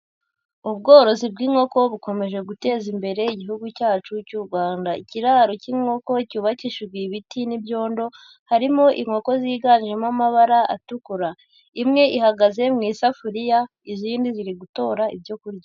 Ubworozi bw'inkoko bukomeje guteza imbere igihugu cyacu cy'u Rwanda. Ikiraro cy'inkoko cyubakishijwe ibiti n'ibyondo, harimo inkoko ziganjemo amabara atukura. Imwe ihagaze mu isafuriya, izindi ziri gutora ibyo kurya.